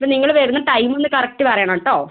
ഇത് നിങ്ങൾ വരുന്ന ടൈം ഒന്ന് കറക്റ്റ് പറയണം കേട്ടോ